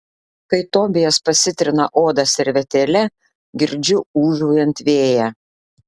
kai tobijas pasitrina odą servetėle girdžiu ūžaujant vėją